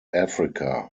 africa